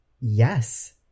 yes